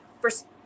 First